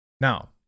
now